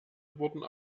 wurden